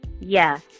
yes